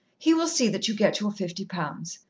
he will see that you get your fifty pounds.